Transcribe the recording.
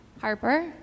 Harper